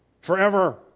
forever